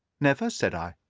never, said i.